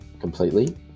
completely